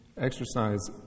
exercise